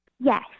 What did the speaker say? Yes